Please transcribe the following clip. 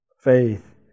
faith